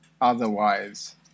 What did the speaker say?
otherwise